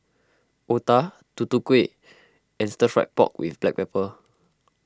Otah Tutu Kueh and Stir Fried Pork with Black Pepper